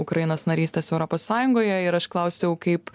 ukrainos narystės europos sąjungoje ir aš klausiau kaip